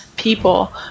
people